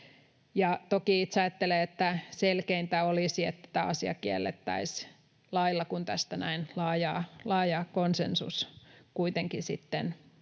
Toki itse ajattelen, että selkeintä olisi, että tämä asia kiellettäisiin lailla, kun tästä näin laaja konsensus kuitenkin sitten